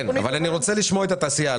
אני רוצה לשמוע את התעשייה,